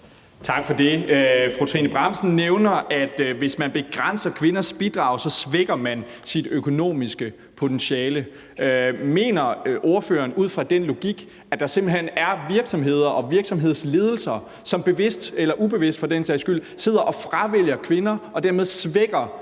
Tak for det. Fru Trine Bramsen nævner, at hvis man begrænser kvinders bidrag, svækker man sit økonomiske potentiale. Mener ordføreren ud fra den logik, at der simpelt hen er virksomheder og virksomhedsledelser, som bevidst – eller ubevidst for den sags skyld – sidder og fravælger kvinder og dermed svækker deres